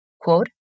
quote